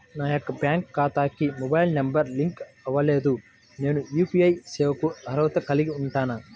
నా యొక్క బ్యాంక్ ఖాతాకి మొబైల్ నంబర్ లింక్ అవ్వలేదు నేను యూ.పీ.ఐ సేవలకు అర్హత కలిగి ఉంటానా?